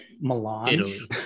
milan